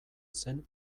zen